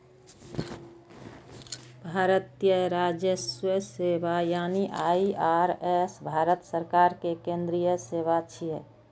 भारतीय राजस्व सेवा यानी आई.आर.एस भारत सरकार के केंद्रीय सेवा छियै